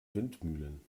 windmühlen